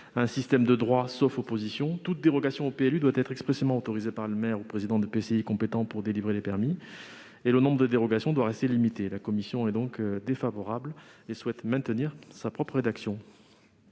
un système de droit, sauf opposition. Toute dérogation au PLU doit être expressément autorisée par le maire ou le président d'EPCI compétent pour délivrer les permis, et le nombre de dérogations doit rester limité. La commission émet un avis défavorable sur cet amendement, car elle souhaite